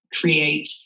create